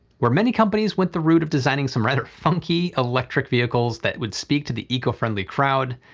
where many companies went the route of designing some rather funky electric vehicles that would speak to the eco-friendly crowd,